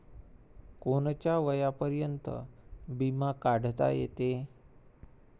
कोनच्या वयापर्यंत बिमा काढता येते?